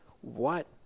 What